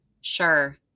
Sure